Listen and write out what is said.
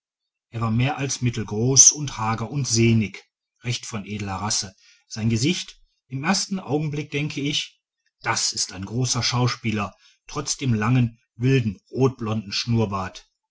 er war mehr als mittelgroß und hager und sehnig recht von edler rasse sein gesicht im ersten augenblick denke ich das ist ein großer schauspieler trotz dem langen wilden rotblonden schnurrbart